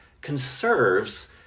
conserves